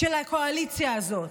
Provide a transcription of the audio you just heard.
של הקואליציה הזאת.